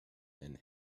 and